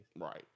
right